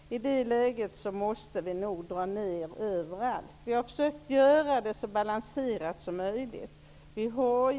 I det läget måste vi nog dra ner överallt. Vi har försökt att göra det så balanserat som möjligt.